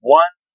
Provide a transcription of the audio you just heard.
one